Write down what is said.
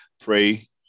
pray